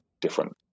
different